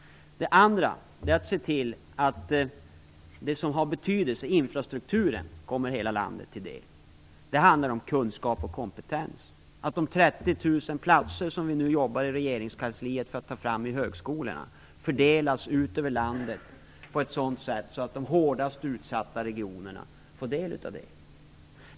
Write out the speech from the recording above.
Det andra är att se till att det som har betydelse, infrastrukturen, kommer hela landet till del. Det handlar om kunskap och kompetens och att de 30 000 platser som vi i regeringskansliet nu jobbar med att ta fram vid högskolorna fördelas över landet, så att de kommer de hårdast utsatta regionerna till del.